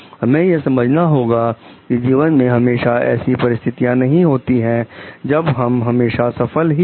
हमें यह समझना होगा कि जीवन में हमेशा ऐसी परिस्थितियां नहीं होती है जब हम हमेशा सफल ही हो